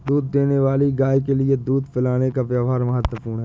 दूध देने वाली गाय के लिए दूध पिलाने का व्यव्हार महत्वपूर्ण है